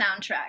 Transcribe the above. soundtrack